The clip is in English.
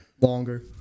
longer